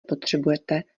potřebujete